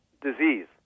disease